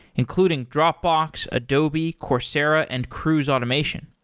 including dropbox, adobe, coursera and cruise automation.